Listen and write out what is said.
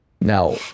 Now